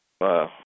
wow